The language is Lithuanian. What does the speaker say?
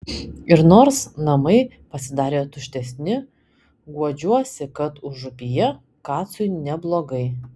ir nors namai pasidarė tuštesni guodžiuosi kad užupyje kacui neblogai